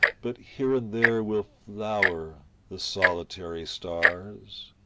but here and there will flower the solitary stars,